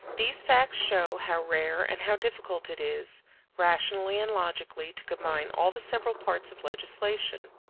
these facts show how rare and how difficult it is rationally and logically to combine all the several parts of legislation.